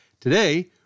Today